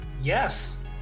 yes